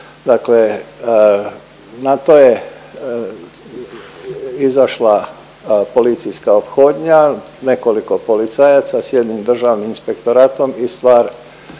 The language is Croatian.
dakle na to je izašla policijska ophodnja, nekoliko policajaca s jednim državnim inspektoratom i stvar